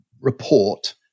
report